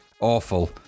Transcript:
Awful